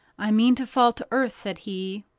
i mean to fall to earth, said he.